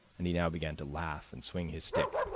and he now began to laugh and swing his stick.